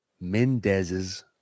Mendez's